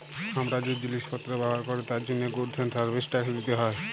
হামরা যে জিলিস পত্র ব্যবহার ক্যরি তার জন্হে গুডস এন্ড সার্ভিস ট্যাক্স দিতে হ্যয়